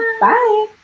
bye